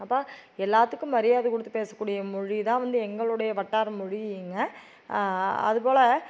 அப்போ எல்லாத்துக்கும் மரியாதை கொடுத்து பேசக்கூடிய மொழிதான் வந்து எங்களுடைய வட்டார மொழிங்க அதுபோல